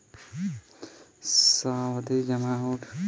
सावधि जमा आउर आवर्ती जमा का होखेला?